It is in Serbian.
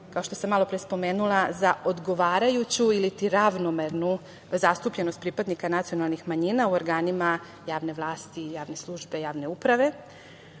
kao što sam malopre spomenula, za odgovarajuću ili ravnomernu zastupljenost pripadnika nacionalnih manjina u organima javne vlasti, javne službe, javne uprave. Postoji